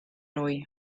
nwy